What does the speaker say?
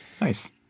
Nice